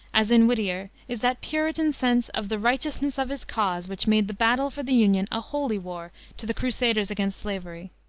as in whittier, is that puritan sense of the righteousness of his cause which made the battle for the union a holy war to the crusaders against slavery